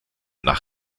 nach